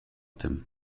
tym